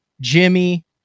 Jimmy